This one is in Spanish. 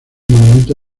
monumento